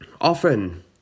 Often